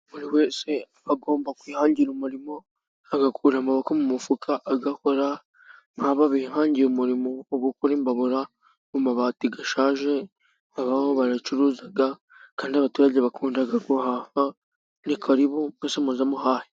Buri wese abagomba kwihangira umurimo agakura amaboko mu mufuka agakora. Nk'aba bihangiye umurimo wo gukora imbabura mu mabati ashaje, aba bo bayacuruza kandi abaturage bakunda gugaha. ni karibu mwese muze muhahe.